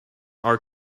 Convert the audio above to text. are